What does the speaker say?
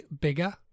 Bigger